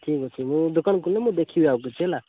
ଠିକ୍ ଅଛି ମୁଁ ଦୋକାନ ଖୋଲିଲେ ମୁଁ ଦେଖିବି ଆଉ ଟିକେ ହେଲା